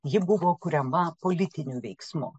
ji buvo kuriama politiniu veiksmu